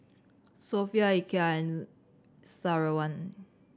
Sofea Eka and Syazwani